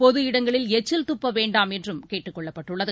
பொது இடங்களில் எச்சில் துப்ப வேண்டாம் என்றும் கேட்டுக் கொள்ளப்பட்டுள்ளது